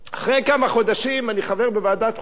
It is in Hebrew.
אחרי כמה חודשים, אני חבר בוועדת החוץ והביטחון,